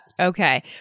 Okay